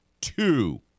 Two